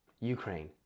Ukraine